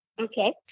Okay